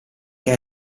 che